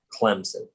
Clemson